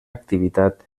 activitat